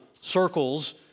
circles